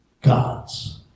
God's